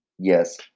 yes